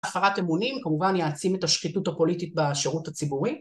הפרת אמונים, כמובן יעצים את השחיתות הפוליטית בשירות הציבורי